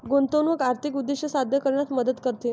गुंतवणूक आर्थिक उद्दिष्टे साध्य करण्यात मदत करते